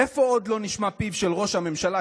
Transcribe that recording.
איפה עוד לא נשמע פיו של ראש הממשלה?